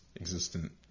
existent